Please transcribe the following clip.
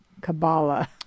Kabbalah